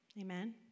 Amen